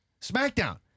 SmackDown